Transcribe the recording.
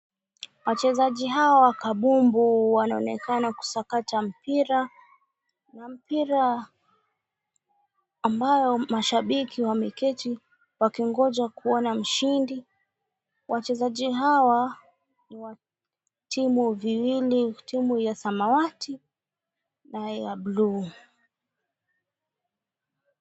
Wachezaji hawa wa kambumbu wanaonekana kusakata mpira. Na mpira ambao mashabiki wameketi wakingoja kuona mshindi, wachezaji hawa ni wa timu viwili, timu ya samawati, na ya bluu.